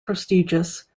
prestigious